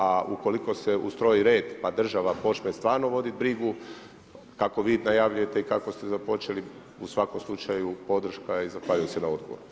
A ukoliko se ustroji red pa država počne stvarno voditi brigu kako vi najavljujete i kako ste započeli u svakom slučaju podrška i zahvaljujem se na odgovoru.